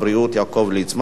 הרווחה והבריאות.